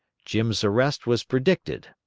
jim's arrest was predicted.